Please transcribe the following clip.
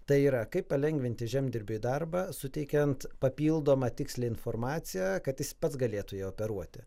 tai yra kaip palengvinti žemdirbiui darbą suteikiant papildomą tikslią informaciją kad jis pats galėtų ja operuoti